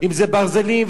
אם ברזלים,